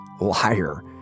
liar